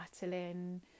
battling